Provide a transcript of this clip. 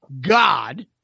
God